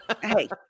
Hey